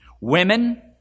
women